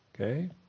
Okay